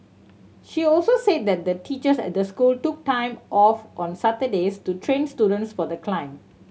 she also say that the teachers at the school took time off on Saturdays to train students for the climb